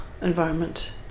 environment